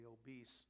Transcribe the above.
obese